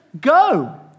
go